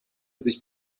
sich